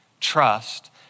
Trust